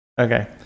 Okay